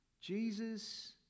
Jesus